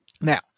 Now